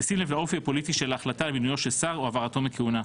בשים לב לאופי הפוליטי של ההחלטה על מינויו של שר או העברתו מכהונה.